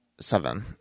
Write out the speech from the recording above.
Seven